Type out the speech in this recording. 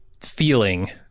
feeling